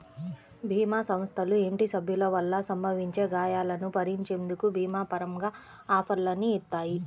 భీమా సంస్థలు ఇంటి సభ్యుల వల్ల సంభవించే గాయాలను భరించేందుకు భీమా పరంగా ఆఫర్లని ఇత్తాయి